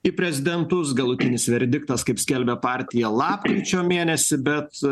į prezidentus galutinis verdiktas kaip skelbia partija lapkričio mėnesį bet